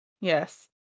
Yes